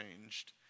changed